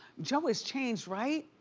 joe has changed, right?